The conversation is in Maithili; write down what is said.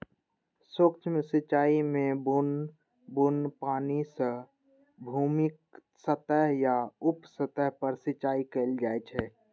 सूक्ष्म सिंचाइ मे बुन्न बुन्न पानि सं भूमिक सतह या उप सतह पर सिंचाइ कैल जाइ छै